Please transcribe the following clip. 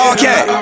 Okay